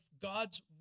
God's